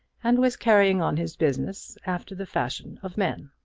and was carrying on his business after the fashion of men.